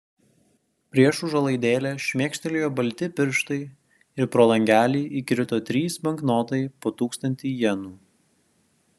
prieš užuolaidėlę šmėkštelėjo balti pirštai ir pro langelį įkrito trys banknotai po tūkstantį jenų